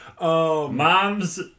mom's